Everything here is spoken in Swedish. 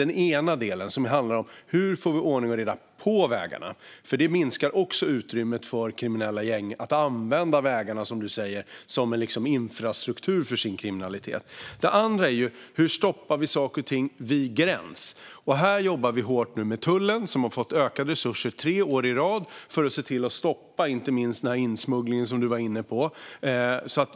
Den ena delen handlar om hur vi får ordning och reda på vägarna, för det minskar utrymmet för kriminella gäng att använda vägarna - som du säger, Thomas Morell - som en infrastruktur för sin kriminalitet. Den andra delen handlar om hur vi stoppar saker och ting vid gräns. Här jobbar vi hårt nu med tullen, som har fått ökade resurser tre år i rad för att inte minst stoppa den insmuggling som du var inne på.